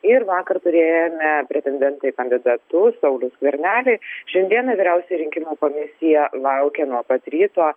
ir vakar turėjome pretendentą į kandidatus saulių skvernelį šiandieną vyriausioji rinkimų komisija laukia nuo pat ryto